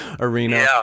arena